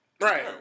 Right